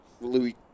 Louis